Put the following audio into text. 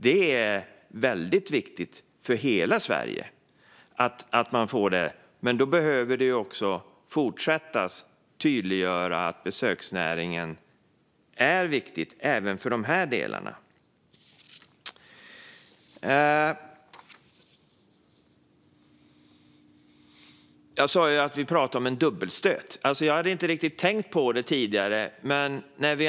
Det är väldigt viktigt för hela Sverige, och det behöver även fortsättningsvis tydliggöras att besöksnäringen är viktig även där. Jag sa förut att det handlar om en dubbelstöt. Jag hade inte riktigt tänkt på det tidigare.